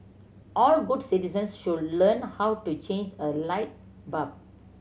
all good citizens should learn how to change a light bulb